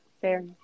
Fair